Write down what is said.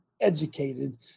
educated